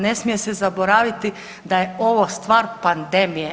Ne smije se zaboraviti da je ovo stvar pandemije.